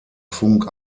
funk